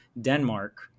Denmark